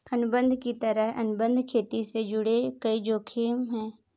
अनुबंध की तरह, अनुबंध खेती से जुड़े कई जोखिम है